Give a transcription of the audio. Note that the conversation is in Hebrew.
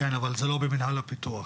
כן, אבל זה לא במנהל הפיתוח.